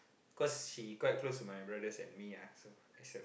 cause she quite close to my brothers and me ah